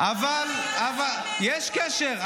יש קשר.